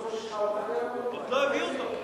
לחוקק אותה בקריאה השנייה ובקריאה השלישית.